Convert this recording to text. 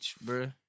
bro